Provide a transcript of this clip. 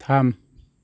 थाम